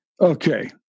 Okay